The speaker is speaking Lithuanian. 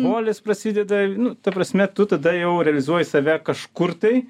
molis prasideda nu ta prasme tu tada jau realizuoji save kažkur tai